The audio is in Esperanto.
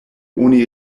oni